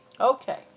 Okay